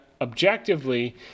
objectively